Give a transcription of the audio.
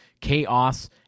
Chaos